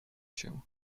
się